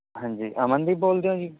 ਹਾਂਜੀ ਅਮਨਦੀਪ ਬੋਲਦੇ ਓ ਜੀ